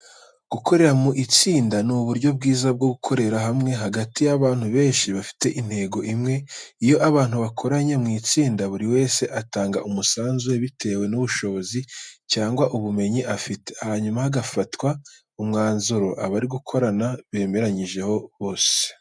Gukorera mu itsinda ni uburyo bwiza bwo gukorera hamwe hagati y'abantu benshi bafite intego imwe. Iyo abantu bakoranye mu itsinda, buri wese atanga umusanzu we bitewe n'ubushobozi cyangwa ubumenyi afite, hanyuma hagafatwa umwanzuro abari gukorana bemeranyijeho bose.